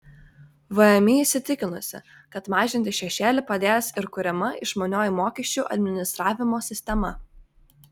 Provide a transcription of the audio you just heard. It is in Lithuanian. vmi įsitikinusi kad mažinti šešėlį padės ir kuriama išmanioji mokesčių administravimo sistema